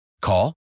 Call